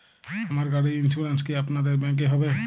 আমার গাড়ির ইন্সুরেন্স কি আপনাদের ব্যাংক এ হবে?